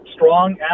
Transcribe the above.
strong